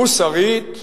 מוסרית,